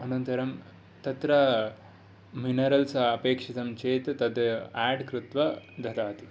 अनन्तरं तत्र मिनरलस् अपेक्षितं चेत् तत् आड् कृत्वा ददाति